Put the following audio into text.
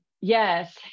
Yes